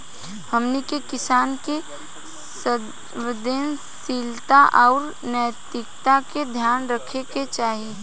हमनी के किसान के संवेदनशीलता आउर नैतिकता के ध्यान रखे के चाही